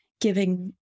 giving